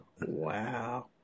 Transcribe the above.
Wow